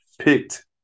picked